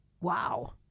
Wow